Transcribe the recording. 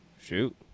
Shoot